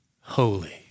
holy